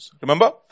Remember